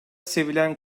sevilen